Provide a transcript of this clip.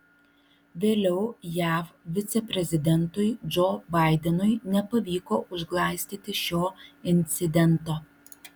vėliau jav viceprezidentui džo baidenui nepavyko užglaistyti šio incidento